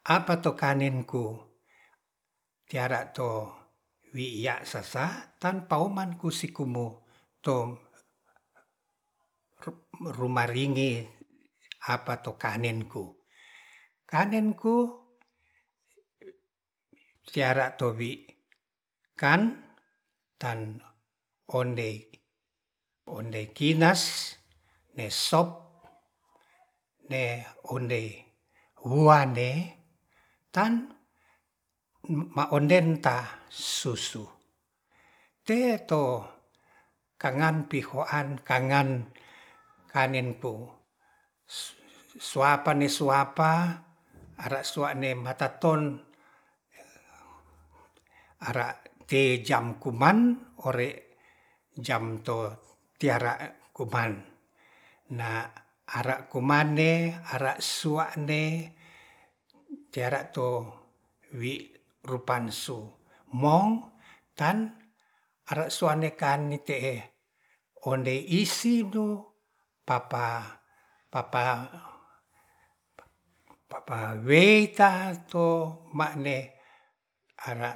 Apato kanenku tiara to wi'ia sasa tanpa oman kusikumu tom ru-trmaringi apato kanenku kanenku siara towi kan tan ondei, ondei kinas ne sop ne ondei wuande tan ma onden ta susu te'to karngan pi hoan kangan kanen ko suapan ne suapa ara suane matarton ara ti jam kuman ore jam to tiara kuman na ara kuman'ne ara sua'ne tera to wi rupansu mong tan are sua'ne kan nike'e ondei isido papa-papa-papa weita to ma'ne ara